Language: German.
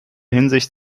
hinsicht